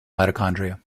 mitochondria